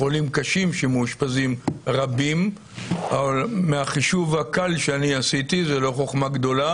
חולים קשים רבים שמאושפזים אבל מהחישוב הקל שעשיתי - וזאת לא חכמה גדולה